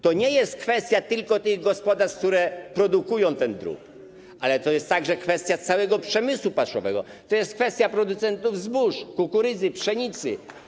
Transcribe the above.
To nie jest kwestia tylko tych gospodarstw, które produkują ten drób, ale to jest także kwestia całego przemysłu paszowego, to jest kwestia producentów zbóż, kukurydzy, pszenicy.